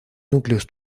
núcleos